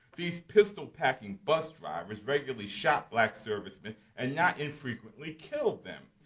these pistol-packing bus drivers regularly shot black servicemen, and not infrequently killed them.